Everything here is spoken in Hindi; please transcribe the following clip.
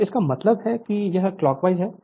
तो इसका मतलब है कि यह क्लॉकवाइज हैं